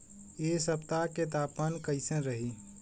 एह सप्ताह के तापमान कईसन रही?